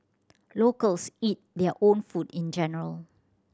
locals eat their own food in general